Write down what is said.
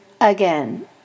again